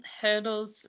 hurdles